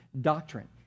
doctrine